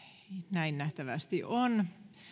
näin nähtävästi on